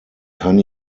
kann